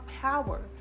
power